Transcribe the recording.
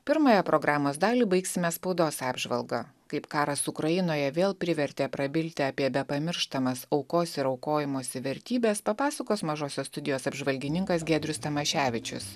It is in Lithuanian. pirmąją programos dalį baigsime spaudos apžvalga kaip karas ukrainoje vėl privertė prabilti apie bepamirštamas aukos ir aukojimosi vertybes papasakos mažosios studijos apžvalgininkas giedrius tamaševičius